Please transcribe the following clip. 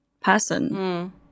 person